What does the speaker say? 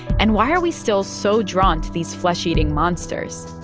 and why are we still so drawn to these flesh-eating monsters?